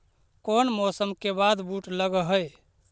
कोन मौसम के बाद बुट लग है?